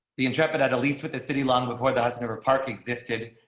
the intrepid at least with the city, long before the hudson river park existed,